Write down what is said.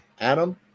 Adam